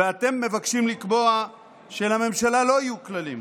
ואתם מבקשים לקבוע שלממשלה לא יהיו כללים,